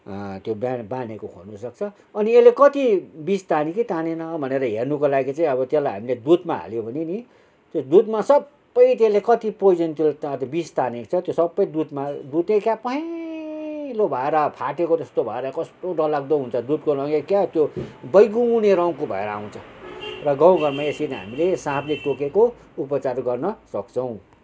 त्यो बाँधेको खोल्नुसक्छ अनि यसले कति विष तान्यो कि तानेन भनेर हेर्नुको लागि चाहिँ अब त्यसलाई हामीले दुधमा हाल्यो भने नि त्यो दुधमा सबै त्यसले कति पोइजन त्यसले अब विष तानेको छ त्यो सबै दुधमा दुधै क्या पहेँलो भएर फाटेको जस्तो भएर कस्तो डरलाग्दो हुन्छ दुधको रङै क्या त्यो बैगुने रङको भएर आउँछ र गाउँ घरमा यसरी हामीले साँपले टोकेको उपचार गर्न सक्छौँ